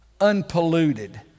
unpolluted